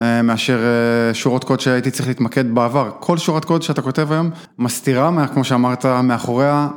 מאשר שורות קוד שהייתי צריך להתמקד בעבר. כל שורת קוד שאתה כותב היום מסתירה, כמו שאמרת, מאחוריה.